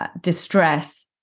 distress